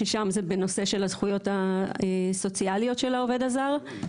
ששם זה בנושא של הזכויות הסוציאליות של העובד הזר.